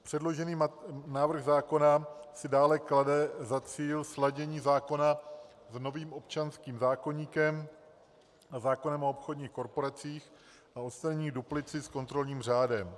Předložený návrh zákona si dále klade za cíl sladění zákona s novým občanským zákoníkem a zákonem o obchodních korporacích a odstranění duplicit s kontrolním řádem.